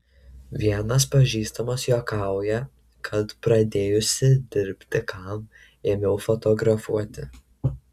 vienas pažįstamas juokauja kad pradėjusi dirbti kam ėmiau fotografuoti